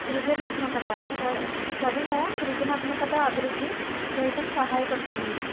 సృజనాత్మకత చ చదువు సృజనాత్మకత అభివృద్ధి చేయటం సహాయపడుతుంది